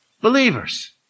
Believers